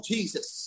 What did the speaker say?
Jesus